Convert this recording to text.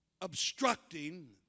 obstructing